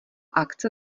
akce